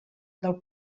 del